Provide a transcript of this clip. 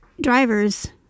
drivers